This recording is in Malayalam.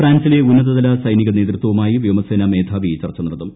ഫ്രാൻസിലെ ഉന്നതതല സൈനിക നേതൃത്വവുമായി വ്യോമസേനാ മേധാവി ചർച്ച നടത്തും